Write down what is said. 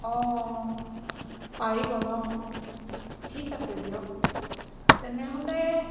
অঁ পাৰিব ন ঠিক আছে দিয়ক তেনেহ'লে